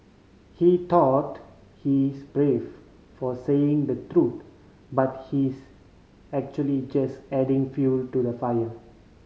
he thought he's brave for saying the truth but he's actually just adding fuel to the fire